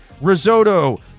risotto